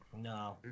No